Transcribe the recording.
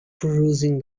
perusing